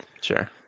Sure